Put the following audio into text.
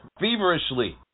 feverishly